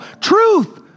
Truth